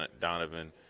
Donovan